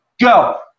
go